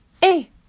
Hey